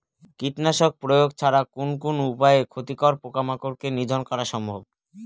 কীটনাশক প্রয়োগ ছাড়া কোন কোন উপায়ে ক্ষতিকর পোকামাকড় কে নিধন করা সম্ভব?